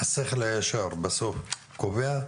השכל הישר בסוף קובע,